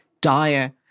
dire